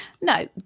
No